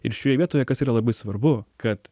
ir šioje vietoje kas yra labai svarbu kad